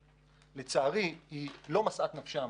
אבל לצערי היא לא משאת נפשם